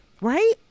right